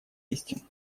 истин